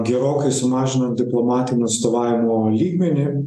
gerokai sumažinant diplomatinio atstovavimo lygmenį